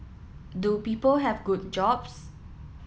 do people have good jobs